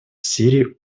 сирии